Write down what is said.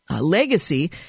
legacy